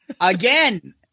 again